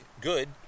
good